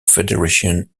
federation